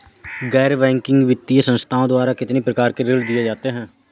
गैर बैंकिंग वित्तीय संस्थाओं द्वारा कितनी प्रकार के ऋण दिए जाते हैं?